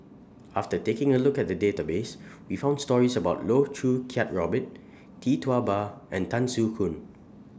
after taking A Look At The Database We found stories about Loh Choo Kiat Robert Tee Tua Ba and Tan Soo Khoon